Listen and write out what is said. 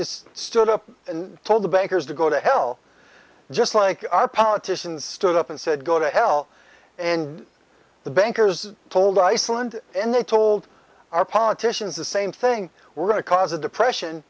just stood up and told the bankers to go to hell just like our politicians stood up and said go to hell and the bankers told iceland and they told our politicians the same thing we're going to cause a depression